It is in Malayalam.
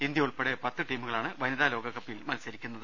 ഇന്ത്യ ഉൾപ്പെടെ പത്ത് ടീമുകളാണ് വനിതാ ലോകകപ്പിൽ മത്സരിക്കുന്നത്